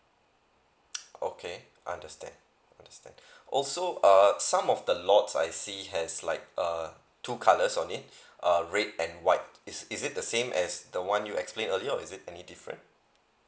okay understand understand also err some of the lots I see has like err two colours on it uh red and white is is it the same as the one you explain earlier or is it any different